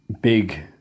big